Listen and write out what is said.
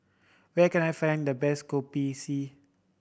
where can I find the best Kopi C